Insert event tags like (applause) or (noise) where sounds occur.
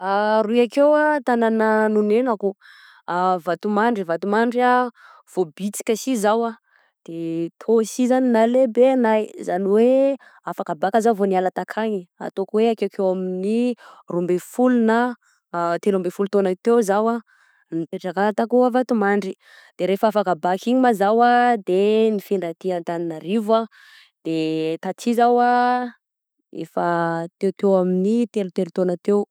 (hesitation) Roy akeo a tagnàna nonenako Vatomandry, Vatomandry a vao bitsika sy zaho tao sy zany no nahalebe anahy, zany hoe afaka bacc za vao niala takagny, ataoko hoa akekeo amin'ny hoe roa amby folo na telo amby folo teo za nipetraka takao a Vatomandry de refa afaka bacc iny ma zao de nifindra aty Anananarivo a de taty zao efa teoteo amin'ny telo telo taona teo.